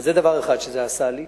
זה דבר אחד שזה עשה לי.